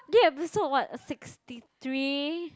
episode what sixty three